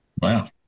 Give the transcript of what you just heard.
Wow